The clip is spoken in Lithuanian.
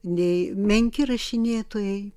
nei menki rašinėtojai